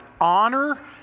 honor